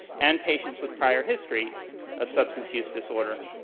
and patients with prior history of substance use disorder.